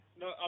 no